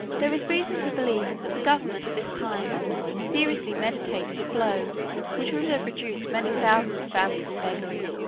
there is reason to believe that the government at this time seriously meditated a blow which would have reduced many thousands of families to beggary,